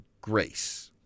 grace